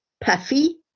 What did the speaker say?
puffy